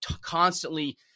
constantly